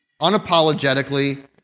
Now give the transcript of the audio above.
unapologetically